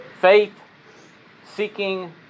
Faith-seeking